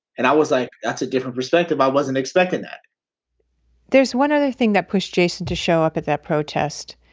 and i was like, that's a different perspective. i wasn't expecting that there's one other thing that pushed jason to show up at that protest.